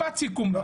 משפט סיכום.